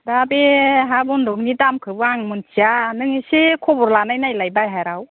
दा बे हा बन्द'गनि दामखौबो आं मोनथिया नों एसे खबर लानाय नायलाय बाहेराव